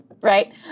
Right